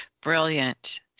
Brilliant